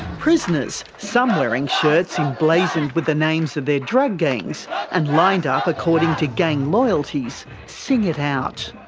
prisoners, some wearing shirts emblazoned with the names of their drug gangs and lined ah up according to gang loyalties, sing it out.